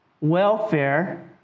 welfare